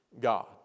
God